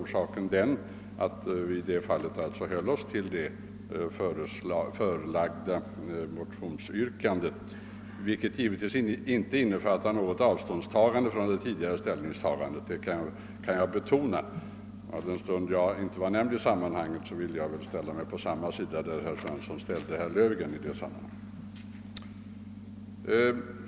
Orsaken var väl att vi i det fallet höll oss till det nu föreliggande motionsyrkandet, vilket — jag vill betona det — givetvis inte innefattade något avståndstagande från den tidigare ståndpunkten. Alldenstund jag inte nämndes i sammanhanget vill jag ställa mig på samma sida som herr Löfgren, som nämndes i sammanhanget.